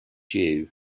dew